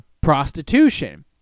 prostitution